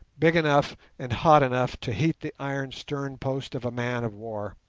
big enough and hot enough to heat the iron stern-post of a man-of-war.